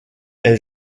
est